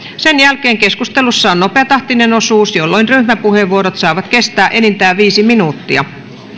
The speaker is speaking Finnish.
sen jälkeen keskustelussa on nopeatahtinen osuus jolloin ryhmäpuheenvuorot saavat kestää enintään viisi minuuttia